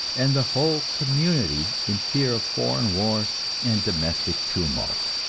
and the whole community in fear of foreign war and domestic tumult!